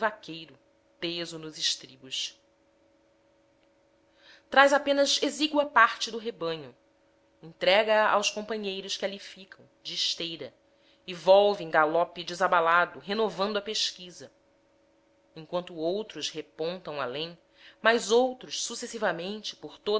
o vaqueiro teso nos estribos traz apenas exígua parte do rebanho entrega-a aos companheiros que ali ficam de esteira e volve em galope desabalado renovando a pesquisa enquanto outros repontam além mais outros sucessivamente por